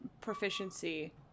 proficiency